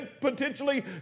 potentially